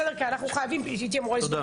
כי אנחנו חייבים לסיים.